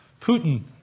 Putin